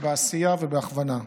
בעשייה ובהכוונה.